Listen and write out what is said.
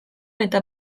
eta